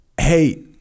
hey